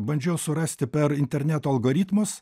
bandžiau surasti per interneto algoritmus